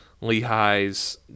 Lehigh's